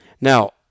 Now